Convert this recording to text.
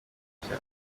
atinya